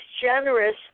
generous